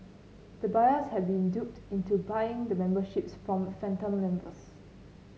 the buyers had been duped into buying the memberships from phantom members